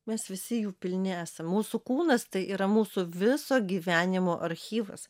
mes visi jų pilni esam mūsų kūnas tai yra mūsų viso gyvenimo archyvas